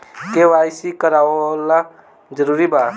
KYC करवावल जरूरी बा?